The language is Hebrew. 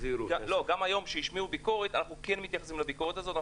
גם היום כשהשמיעו ביקורת אנחנו כן מתייחסים לביקורת הזאת,